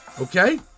Okay